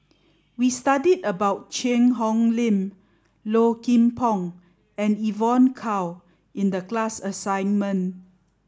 we studied about Cheang Hong Lim Low Kim Pong and Evon Kow in the class assignment